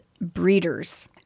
Breeders